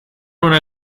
una